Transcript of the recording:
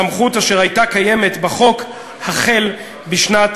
סמכות אשר הייתה קיימת בחוק החל בשנת,